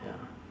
ya